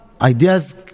ideas